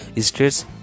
stress